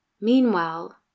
Meanwhile